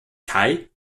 kai